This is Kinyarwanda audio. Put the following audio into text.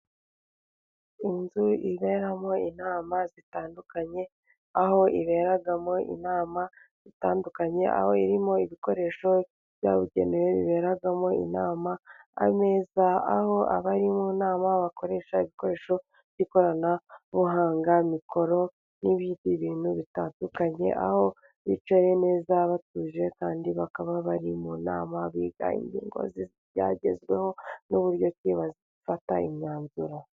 Inzu iberamo inama zitandukanye, aho iberamo inama zitandukanye, aho irimo ibikoresho byabugenewe biberamo inama, ameza aho abari mu nama, bakoresha ibikoresho by'ikoranabuhanga, mikoro n'ibindi bintu bitandukanye, aho bicaye neza batuje kandi bakaba bari mu nama, biga ingingo zibyagezweho, n'uburyo ki bafata imyanzuro.